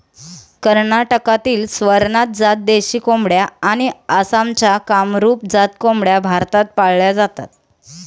कर्नाटकातील स्वरनाथ जात देशी कोंबड्या आणि आसामच्या कामरूप जात कोंबड्या भारतात पाळल्या जातात